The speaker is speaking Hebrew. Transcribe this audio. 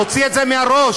תוציא את זה מהראש,